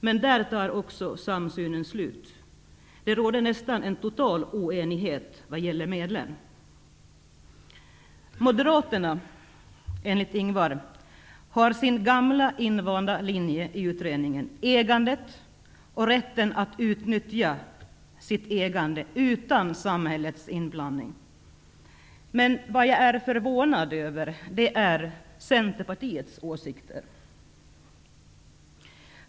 Men där tar också samsynen slut. Det råder nästan en total oenighet om medlen. Moderaterna har, enligt Ingvar Eriksson, sin gamla invanda linje i utredningen: ägandet och rätten att utnyttja sitt ägande utan samhällets inblandning. Men det jag är förvånad över är Centerpartiets åsikter.